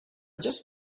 just